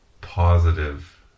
positive